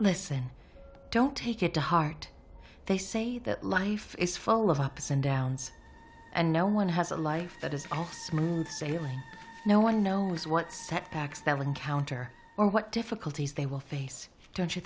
listen don't take it to heart they say that life is full of ups and downs and no one has a life that is all smooth sailing no one knows what setbacks they'll encounter or what difficulties they will face don't you